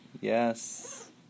yes